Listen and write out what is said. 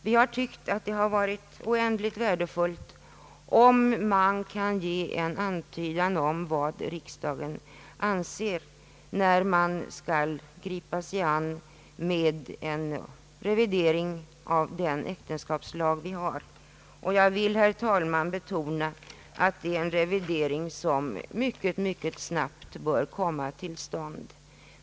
Vi har ansett det oändligt värdefullt att kunna ge en antydan om vad riksdagen anser när man skall gripa sig an med en revidering av den äktenskapslag vi har. Jag vill, herr talman, betona att det Ang. ändring i giftermålsbalken, m.m. är en revidering som mycket snabbt bör komma till stånd.